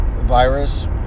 virus